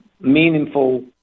meaningful